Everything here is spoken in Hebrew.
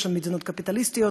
יש שם מדינות קפיטליסטיות,